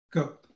Go